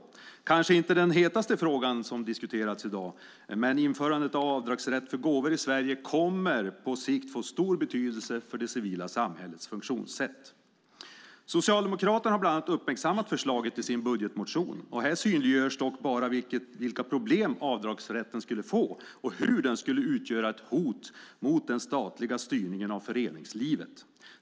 Det är kanske inte den hetaste frågan som diskuterats i dag, men införandet av avdragsrätt för gåvor i Sverige kommer att på sikt få stor betydelse för det civila samhällets funktionssätt. Socialdemokraterna har bland annat uppmärksammat förslaget i sin budgetmotion. Här synliggörs dock bara vilka problem avdragsrätten skulle få och hur den skulle utgöra ett hot mot den statliga styrningen av föreningslivet.